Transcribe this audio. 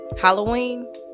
halloween